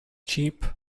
cheap